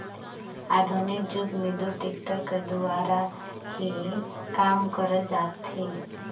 आधुनिक जुग मे दो टेक्टर कर दुवारा ही काम करल जाथे